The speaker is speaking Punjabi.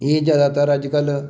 ਇਹ ਜ਼ਿਆਦਾਤਰ ਅੱਜ ਕੱਲ੍ਹ